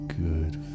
good